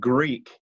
Greek